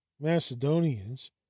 Macedonians